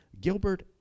Gilbert